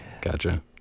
Gotcha